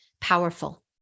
powerful